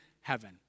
heaven